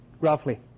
Roughly